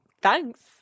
thanks